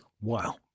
Wow